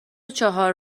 چهار